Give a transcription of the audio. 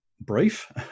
brief